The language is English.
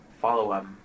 follow-up